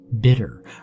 Bitter